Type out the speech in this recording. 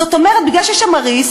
זאת אומרת, מכיוון שיש שם risk,